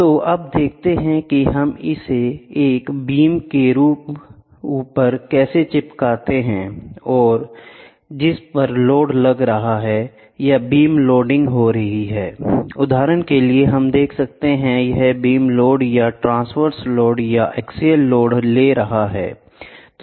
तो अब देखते हैं कि हम इसे एक बीम के ऊपर कैसे चिपकाते हैं जिस पर लोड लग रहा है या बीम लोडिंग हो रही हैI उदाहरण के लिए हम देख सकते हैं या बीम लोड या ट्रांस्वर्स लोड या एक्सियल लोड ले रहे हैं